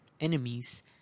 enemies